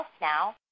now